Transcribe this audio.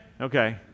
Okay